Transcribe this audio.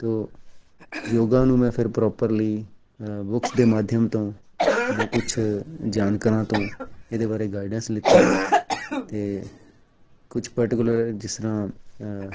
ਅਤੇ ਉਹ ਯੋਗਾ ਨੂੰ ਮੈਂ ਫਿਰ ਪ੍ਰੋਪਰਲੀ ਅ ਬੁੱਕਸ ਦੇ ਮਾਧਿਅਮ ਤੋਂ ਜਾਂ ਕੁਛ ਜਾਣਕਾਰਾਂ ਤੋਂ ਇਹਦੇ ਬਾਰੇ ਗਾਈਡੈਂਸ ਲਿੱਤੀ ਅਤੇ ਕੁਛ ਪਰਟੀਕੁਲਰ ਜਿਸ ਤਰ੍ਹਾਂ ਅ